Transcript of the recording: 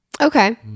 okay